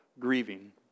Grieving